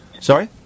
Sorry